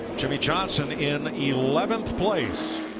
jimmie johnson in eleventh place.